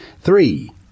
three